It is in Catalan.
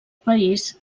país